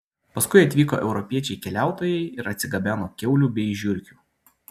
paskui atvyko europiečiai keliautojai ir atsigabeno kiaulių bei žiurkių